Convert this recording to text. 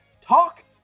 talk